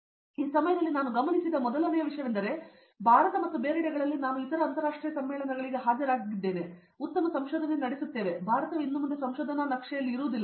ಮತ್ತು ಈ ಸಮಯದಲ್ಲಿ ನಾನು ಗಮನಿಸಿದ ಮೊದಲನೆಯ ವಿಷಯವೆಂದರೆ ಭಾರತ ಮತ್ತು ಬೇರೆಡೆಗಳಲ್ಲಿ ನಾನು ಇತರ ಅಂತರಾಷ್ಟ್ರೀಯ ಸಮ್ಮೇಳನಗಳಿಗೆ ಹಾಜರಿದ್ದೇವೆ ನಾವು ಉತ್ತಮ ಸಂಶೋಧನೆ ನಡೆಸುತ್ತೇವೆ ಎಂದು ಭಾರತವು ಇನ್ನು ಮುಂದೆ ಸಂಶೋಧನಾ ನಕ್ಷೆಯಲ್ಲಿ ಇರುವುದಿಲ್ಲ